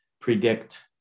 predict